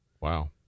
Wow